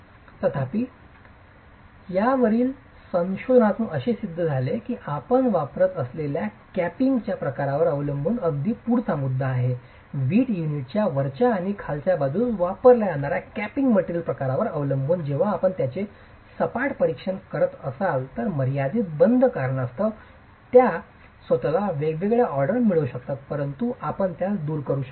तथापि यावरील संशोधनातून असे सिद्ध झाले आहे की आपण वापरत असलेल्या कॅपिंगच्या प्रकारावर अवलंबून तो अगदी पुढचा मुद्दा आहे वीट युनिटच्या वरच्या आणि खालच्या बाजूस वापरल्या जाणार्या कॅपिंग मटेरियलच्या प्रकारावर अवलंबून जेव्हा आपण त्याचे सपाट परीक्षण करत असाल तर मर्यादीत बंद कारणास्तव स्वत ला वेगवेगळ्या ऑर्डर मिळू शकतात परंतु आपण त्यास दूर करू शकत नाही